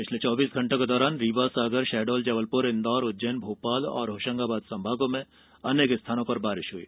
पिछले चौबीस घंटों के दौरान रीवा सागर शहडोल जबलपुर इंदौर उज्जैन भोपाल और होशंगाबाद संभागों में अनेक स्थानों पर बारिश हुई